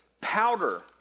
powder